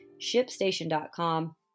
ShipStation.com